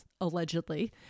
allegedly